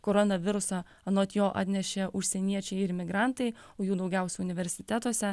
koronavirusą anot jo atnešė užsieniečiai ir imigrantai o jų daugiausia universitetuose